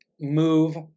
move